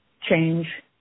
change